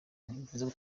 ntibivuze